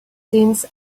since